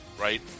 right